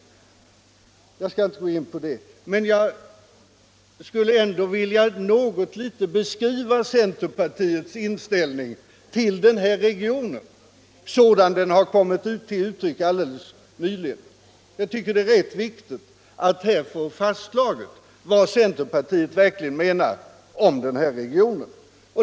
Jag skall här inte närmare gå in på den saken. Men jag vill ändå något litet beskriva centerpartiets inställning till Stockholmsregionen sådan den kommit till uttryck alldeles nyligen. Jag tycker det är viktigt att här få fastslaget vad centerpartiet verkligen anser om regionen.